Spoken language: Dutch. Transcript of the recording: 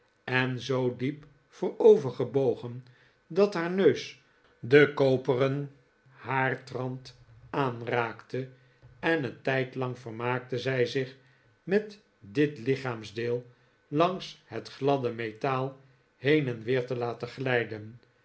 en zoo diep voorovergebogen dat haar neus den koperen haardrand aanraakte en een tijdlang vermaakte zij zich met dit lichaamsdeel langs het gladde metaal heen en weer te laten glijden